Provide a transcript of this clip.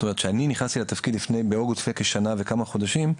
כשאני נכנסתי לתפקיד באוגוסט לפני כשנה וכמה חודשים,